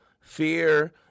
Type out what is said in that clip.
Fear